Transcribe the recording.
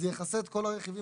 זה יכסה את כל הרכיבים